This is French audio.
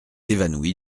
évanoui